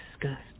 disgust